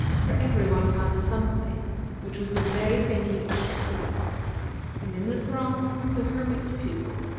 for every one found something which was the very thing he wished to see and in the throng was the hermit's pupil,